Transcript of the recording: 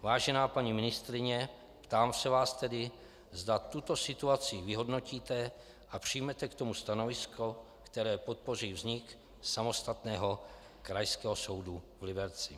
Vážená paní ministryně, ptám se vás tedy, zda tuto situaci vyhodnotíte a přijmete k tomu stanovisko, které podpoří vznik samostatného Krajského soudu v Liberci.